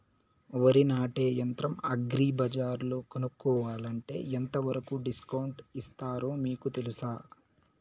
వరి నాటే యంత్రం అగ్రి బజార్లో కొనుక్కోవాలంటే ఎంతవరకు డిస్కౌంట్ ఇస్తారు మీకు తెలుసా?